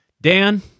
Dan